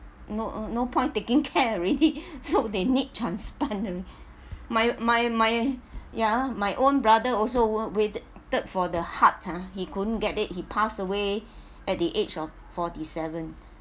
no no point taking care already so they need transplant my my my ya my own brother also wa~ waited for the heart ah he couldn't get it he passed away at the age of forty seven